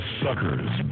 suckers